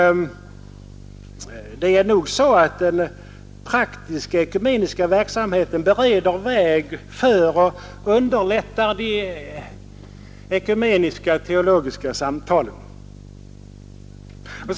Det är nog på det sättet att den praktiska ekumeniska verksamheten bereder väg för och underlättar de ekumeniska teologiska samtalen.